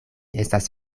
estas